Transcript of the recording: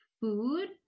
food